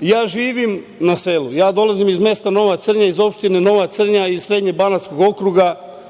Ja živim na selu, ja dolazim iz mesta Nova Crnja, iz opštine Nova Crnja iz Srednjobanatskog okruga.